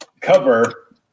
cover